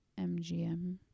MGM